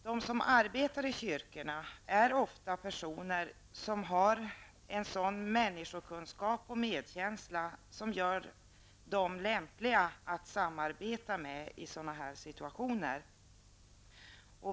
De som arbetar i kyrkorna är ofta personer som har sådan människokunskap och medkänsla som gör dem lämpliga att samarbeta med i sådana här situationer.